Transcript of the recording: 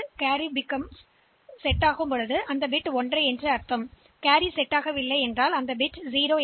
எனவே கேரி அமைக்கப்பட்டால் அதாவது பிட் 1 ஆக இருந்தது கேரி அமைக்கப்படவில்லை என்றால் பிட் 0 ஆகும்